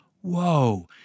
whoa